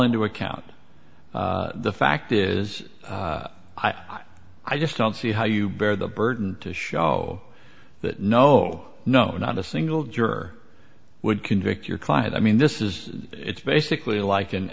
into account the fact is i i just don't see how you bear the burden to show that no no not a single juror would convict your client i mean this is it's basically like in